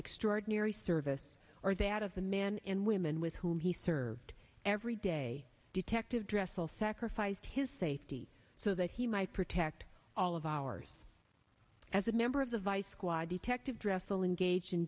extraordinary service or that of the men and women with whom he served every day detective dress all sacrificed his safety so that he might protect all of ours as a member of the vice squad detective dressed all in gage